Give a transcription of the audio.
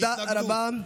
תודה רבה.